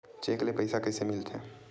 Cheque ले पईसा कइसे मिलथे?